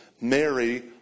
Mary